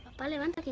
parliament!